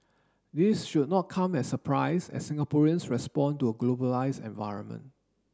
this should not come as surprise as Singaporeans respond to a globalised environment